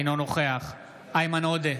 אינו נוכח איימן עודה,